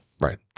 right